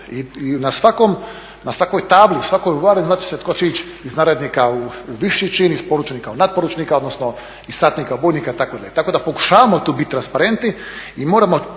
I na svakoj tabli, u svakoj uvali znat će se ko će ići iz narednika viši čin, iz poručnika u natporučnika odnosno iz satnika u bojnika itd. Tako da pokušavamo tu biti transparentni i moramo